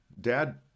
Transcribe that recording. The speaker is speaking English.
dad